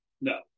No